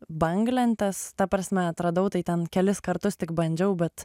banglentes ta prasme atradau tai ten kelis kartus tik bandžiau bet